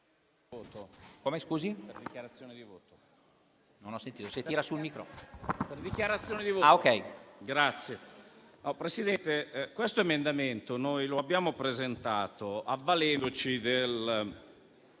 Presidente, questo emendamento noi lo abbiamo presentato avvalendoci del